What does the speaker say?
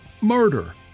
murder